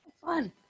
fun